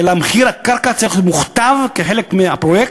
אלא מחיר הקרקע צריך להיות מוכתב כחלק מהפרויקט,